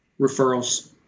referrals